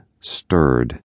stirred